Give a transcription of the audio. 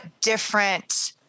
different